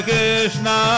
Krishna